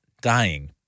dying